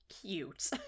cute